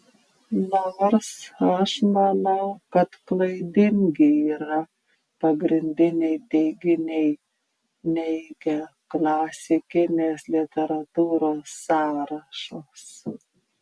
nors aš manau kad klaidingi yra pagrindiniai teiginiai neigią klasikinės literatūros sąrašus